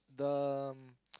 the